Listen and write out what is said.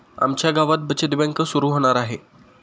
आमच्या गावात बचत बँक सुरू होणार आहे